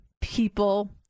people